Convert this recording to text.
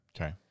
Okay